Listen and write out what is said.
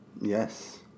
Yes